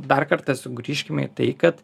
dar kartą sugrįžkime į tai kad